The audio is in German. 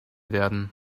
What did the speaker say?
werden